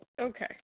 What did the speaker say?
Okay